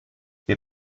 wir